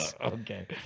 okay